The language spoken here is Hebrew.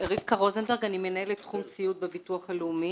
אני מנהלת תחום סיעוד בביטוח הלאומי.